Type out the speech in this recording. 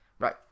right